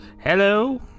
Hello